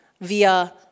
via